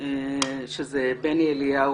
שזה בני אליהו,